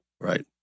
Right